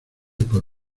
por